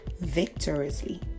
victoriously